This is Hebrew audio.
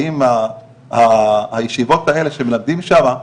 האם הישיבות האלה שמלמדים שמה,